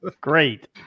Great